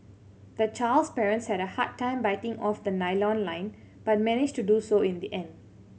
the child's parents had a hard time biting off the nylon line but managed to do so in the end